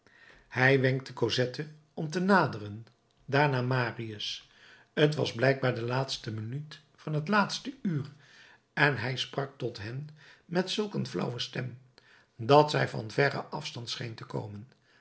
hij wenkte cosette om te naderen daarna marius t was blijkbaar de laatste minuut van het laatste uur en hij sprak tot hen met zulk een flauwe stem dat zij van verren afstand scheen te komen